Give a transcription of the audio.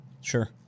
Sure